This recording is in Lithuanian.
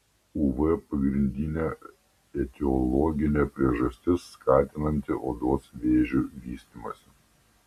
uv pagrindinė etiologinė priežastis skatinanti odos vėžių vystymąsi